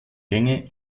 gänge